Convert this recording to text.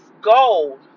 gold